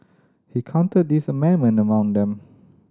he counted this amendment among them